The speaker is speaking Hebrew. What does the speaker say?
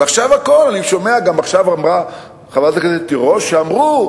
עכשיו אמרה גם חברת הכנסת תירוש שאמרו,